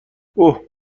اُه